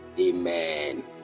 Amen